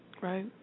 right